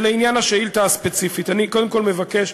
ולעניין השאילתה הספציפית: אני מבקש,